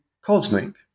Cosmic